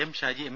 M Shaji M